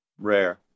rare